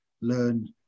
learn